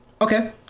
Okay